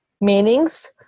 meanings